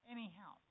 Anyhow